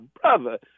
brother